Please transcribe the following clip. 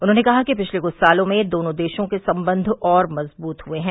उन्होंने कहा कि पिछले कुछ सालों में दोनों देशों के संबंध और मजबूत हुए है